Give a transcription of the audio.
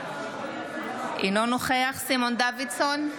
אינו נוכח סימון דוידסון,